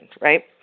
right